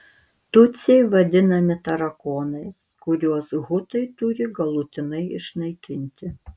tutsiai vadinami tarakonais kuriuos hutai turi galutinai išnaikinti